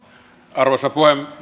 arvoisa puhemies